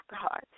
God